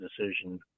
decision